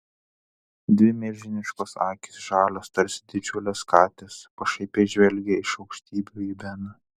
dvi milžiniškos akys žalios tarsi didžiulės katės pašaipiai žvelgė iš aukštybių į beną